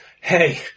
hey